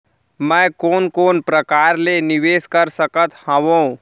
मैं कोन कोन प्रकार ले निवेश कर सकत हओं?